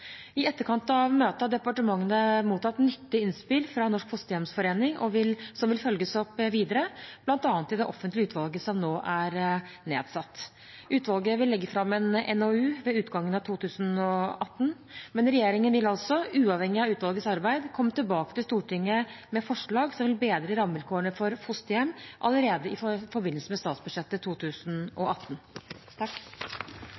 I etterkant av møtet har departementene mottatt nyttige innspill fra Norsk Fosterhjemsforening som vil følges opp videre, bl.a. i det offentlige utvalget som nå er nedsatt. Utvalget vil legge fram en NOU ved utgangen av 2018. Men regjeringen vil, uavhengig av utvalgets arbeid, komme tilbake til Stortinget med forslag som vil bedre rammevilkårene for fosterhjem, allerede i forbindelse med statsbudsjettet